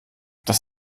das